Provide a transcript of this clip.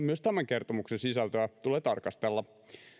myös tämän kertomuksen sisältöä tulee tarkastella